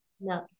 no